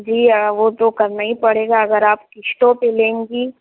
جی ہاں وہ تو کرنا ہی پڑے گا اگر آپ قسطوں پہ لیں گی